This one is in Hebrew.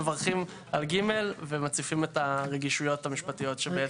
מברכים על (ג) ומציפים את הרגישויות המשפטיות.